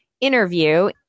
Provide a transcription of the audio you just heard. interview